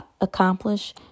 accomplish